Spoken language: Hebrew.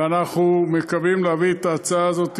ואנחנו מקווים להביא את ההצעה הזאת